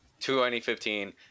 2015